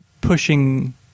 pushing